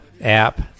app